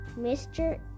Mr